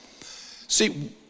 See